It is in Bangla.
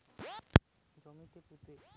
অনেক রকমের ফসল যখন চাষ কোরবার জন্যে জমিতে পুঁতে